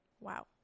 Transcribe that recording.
wow